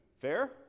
Fair